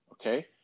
okay